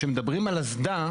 כשמדברים על אסדה,